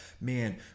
man